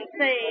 say